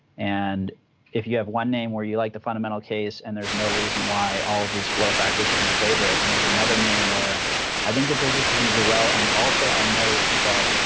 and if you have one name where you like the fundamental case and there's no reason why all of these flow factors are going to favor it, and there's another name where i think the business is going to go well and also i know that,